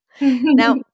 Now